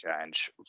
change